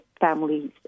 families